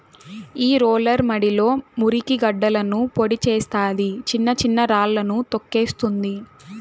ఈ రోలర్ మడిలో మురికి గడ్డలను పొడి చేస్తాది, చిన్న చిన్న రాళ్ళను తోక్కేస్తుంది